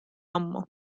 ammu